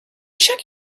check